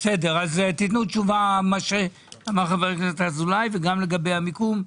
תענו תשובה על מה שאמר חבר הכנסת אזולאי וגם לגבי המיקום.